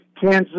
Kansas